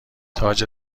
تاج